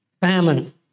Famine